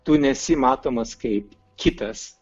tu nesi matomas kaip kitas